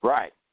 Right